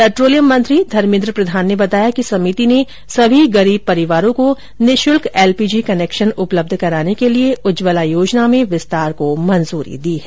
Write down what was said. petroleum मंत्री धर्मेन्द्र प्रधान ने बताया कि समिति ने सभी गरीब परिवारों को निःशुल्क एल पी जी कनेक्शन उपलब्ध कराने के लिए उज्ज्वला योजना में विस्तार को मंजूरी दे दी है